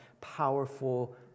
powerful